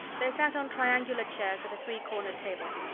they sat on triangular chairs at a three-cornered table.